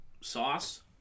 sauce